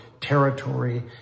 territory